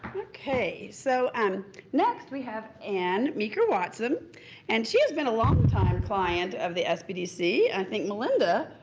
okay, so um next we have anne meeker-watson and she has been a long time client of the sbdc. i think melinda,